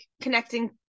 connecting